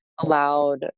allowed